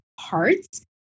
parts